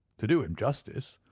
to do him justice,